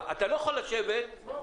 אותה עבורו.